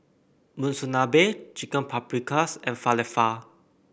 Monsunabe Chicken Paprikas and Falafel